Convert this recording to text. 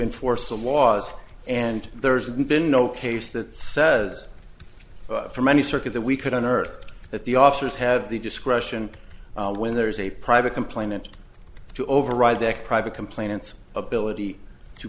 enforce the laws and there's been no case that says from any circuit that we could on earth that the officers have the discretion when there is a private complainant to override that private complainants ability to